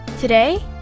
Today